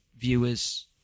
viewers